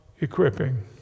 equipping